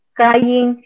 crying